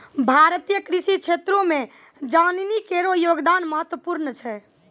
भारतीय कृषि क्षेत्रो मे जनानी केरो योगदान महत्वपूर्ण छै